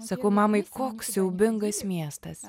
sakau mamai koks siaubingas miestas